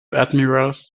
admirals